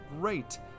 Great